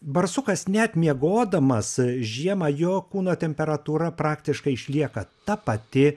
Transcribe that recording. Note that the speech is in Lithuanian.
barsukas net miegodamas žiemą jo kūno temperatūra praktiškai išlieka ta pati